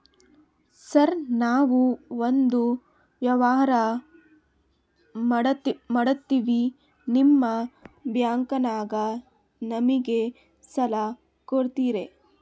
Sir ನಾವು ಒಂದು ವ್ಯವಹಾರ ಮಾಡಕ್ತಿವಿ ನಿಮ್ಮ ಬ್ಯಾಂಕನಾಗ ನಮಿಗೆ ಸಾಲ ಕೊಡ್ತಿರೇನ್ರಿ?